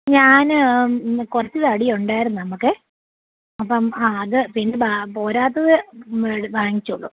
ഞാൻ കുറച്ച് തടിയുണ്ടായിരുന്നു നമ്മൾക്കേ അപ്പം ആ അത് പിന്നെ പോരാത്തത് വാങ്ങിച്ചുകൊള്ളൂ